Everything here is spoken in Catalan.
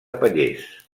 pallers